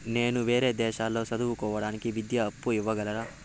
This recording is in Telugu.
నేను వేరే దేశాల్లో చదువు కోవడానికి విద్యా అప్పు ఇవ్వగలరా?